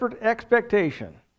expectation